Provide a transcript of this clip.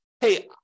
hey